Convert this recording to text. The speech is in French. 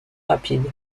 rapide